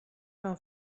mewn